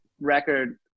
record